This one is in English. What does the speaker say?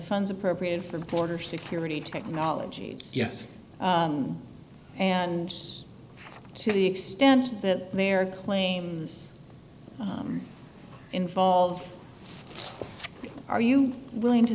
funds appropriated for border security technology yes and to the extent that there are claims involved are you willing to